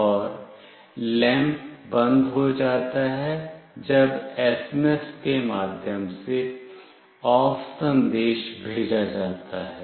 और लैंप बंद हो जाता है जब एसएमएस के माध्यम से OFF संदेश भेजा जाता है